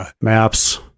Maps